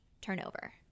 turnover